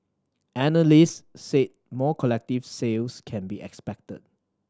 analysts said more collective sales can be expected